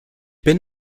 bin